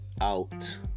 out